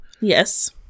Yes